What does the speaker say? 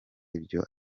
ibyo